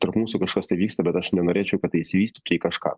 tarp mūsų kažkas tai vyksta bet aš nenorėčiau kad tai išsivystytų į kažką